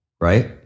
Right